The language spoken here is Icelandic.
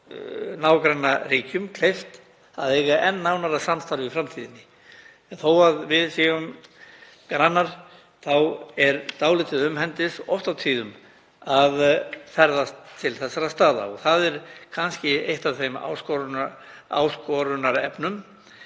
nágrannaríkjum kleift að eiga enn nánara samstarf í framtíðinni. Þó að við séum grannar þá er dálítið umhendis oft á tíðum að ferðast til þessara staða. Það er kannski eitt af þeim áskorunarefnum